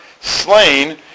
slain